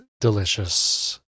delicious